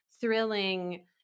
thrilling